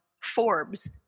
Forbes